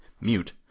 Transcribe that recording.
mute